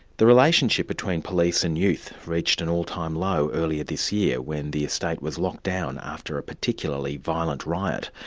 the relationship between police and youth reached an all-time low earlier this year when the estate was locked down after a particularly violent riot,